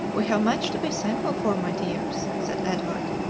we have much to be thankful for, my dears, said edward.